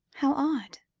how odd!